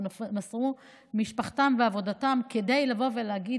או מסרו את משפחתם ועבודתם כדי לבוא ולהגיד